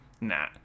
nah